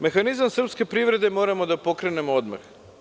Mehanizam srpske privrede moramo da pokrenemo odmah.